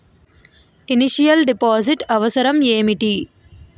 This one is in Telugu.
ఇనిషియల్ డిపాజిట్ అవసరం ఏమిటి?